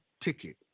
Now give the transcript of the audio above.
ticket